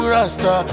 Rasta